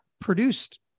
produced